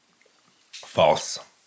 False